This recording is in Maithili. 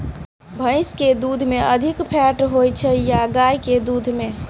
भैंस केँ दुध मे अधिक फैट होइ छैय या गाय केँ दुध में?